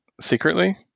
secretly